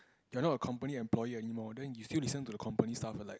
you are not a company employee anymore then you feel listen to the company staff like